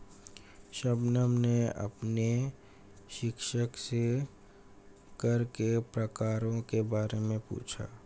शबनम ने अपने शिक्षक से कर के प्रकारों के बारे में पूछा